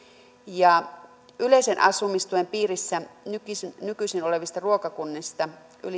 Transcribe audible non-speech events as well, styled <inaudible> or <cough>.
ja yleisen asumistuen piirissä nykyisin olevista ruokakunnista yli <unintelligible>